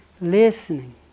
Listening